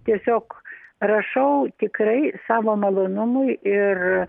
tiesiog rašau tikrai savo malonumui ir